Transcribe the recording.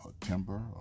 timber